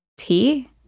tea